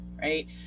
right